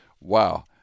wow